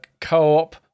co-op